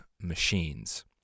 machines